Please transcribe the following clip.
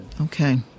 Okay